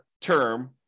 term